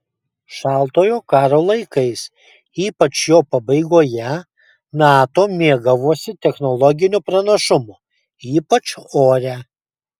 šaltojo karo laikais ypač jo pabaigoje nato mėgavosi technologiniu pranašumu ypač ore